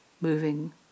moving